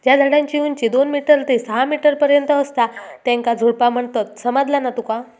ज्या झाडांची उंची दोन मीटर ते सहा मीटर पर्यंत असता त्येंका झुडपा म्हणतत, समझला ना तुका?